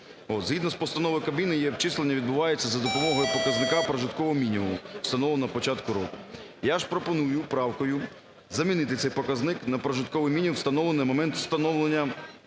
Згідно з постановою Кабміну її обчисленні відбувається за допомогою показника прожиткового мінімуму, встановленого на початку року. Я ж пропоную правкою замінити цей показник на прожитковий мінімум, встановлений на момент встановлення